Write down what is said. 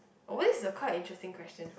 where's the quite interesting question